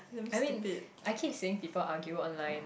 I mean I keep saying people argue online that